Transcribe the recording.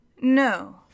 No